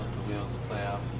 the wheels play out.